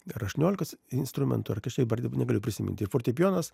dar aštuoniolika instrumentų ar kažkaip dabar negaliu prisiminti ir fortepijonas